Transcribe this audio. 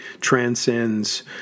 transcends